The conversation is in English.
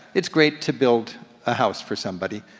it's great to build a house for somebody,